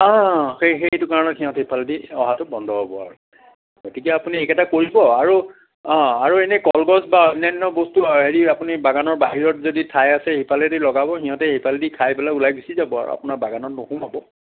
অঁ সেই সেইটো কাৰণে সিহঁতি সেইফালেদি অহাটো বন্ধ হ'ব আৰু গতিকে আপুনি এইকেইটা কৰিব আৰু অঁ আৰু এনে কলগছ বা অন্যান্য বস্তু আপুনি বাগানৰ বাহিৰত যদি ঠাই আছে সেইফালেদি লগাব সিহঁতে সেইফালেদি খাই পেলাই ওলাই গুচি যাব আৰু আপোনাৰ বাগানত নোসোমাব